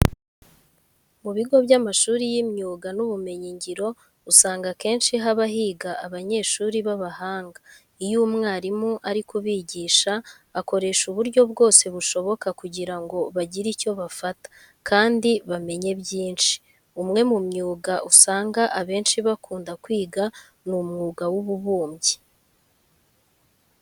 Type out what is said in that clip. Mu bigo by'amashuri y'imyuga n'ubumenyingiro usanga akenshi haba higa abanyeshuri b'abahanga. Iyo umwarimu ari kubigisha akoresha uburyo bwose bushoboka kugira ngo bagire icyo bafata kandi bamenye byinshi. Umwe mu myuga usanga abenshi bakunda kwiga ni umwuga w'ububumbyi.